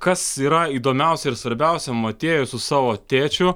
kas yra įdomiausia ir svarbiausia motiejus su savo tėčiu